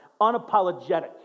Unapologetic